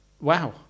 Wow